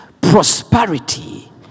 prosperity